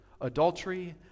adultery